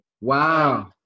Wow